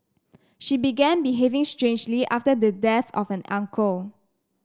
she began behaving strangely after the death of an uncle